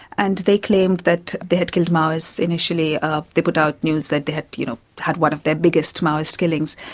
and they claimed that they had killed maoists. initially they put out news that they had, you know, had one of their biggest maoist killings,